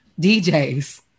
DJs